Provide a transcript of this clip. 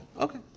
Okay